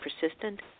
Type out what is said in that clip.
Persistent